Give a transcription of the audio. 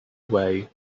away